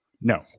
No